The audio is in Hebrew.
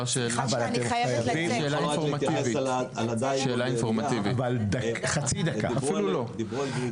לקח לי בערך שנה וחצי לגרוט 11 או 16 ספינות.